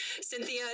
Cynthia